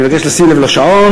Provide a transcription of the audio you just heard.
אני מבקש לשים לב לשעון,